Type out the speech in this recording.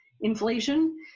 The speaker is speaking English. inflation